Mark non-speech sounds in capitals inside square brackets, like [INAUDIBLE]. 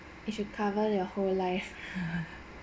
it should cover their whole life [LAUGHS]